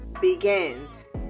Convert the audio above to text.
begins